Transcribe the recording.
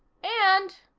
and,